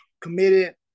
committed